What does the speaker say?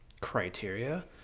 criteria